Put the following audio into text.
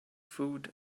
food